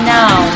now